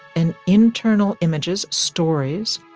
and internal images, stories,